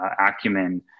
acumen